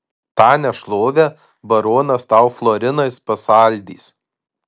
tą nešlovę baronas tau florinais pasaldys